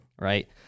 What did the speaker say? Right